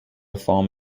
form